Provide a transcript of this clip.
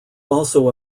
also